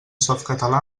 softcatalà